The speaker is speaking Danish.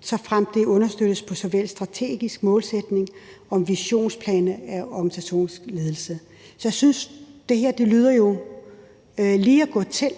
såfremt det understøttes på såvel strategisk, målsætnings- og visionsplan i organisationens ledelse. Så jeg synes, det her lyder til at være